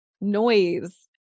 noise